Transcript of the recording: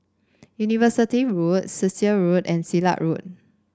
University Road Cecil Road and Silat Road